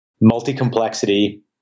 multi-complexity